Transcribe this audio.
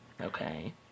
Okay